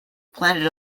planted